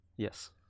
Yes